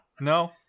No